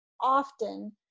often